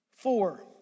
Four